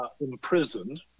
imprisoned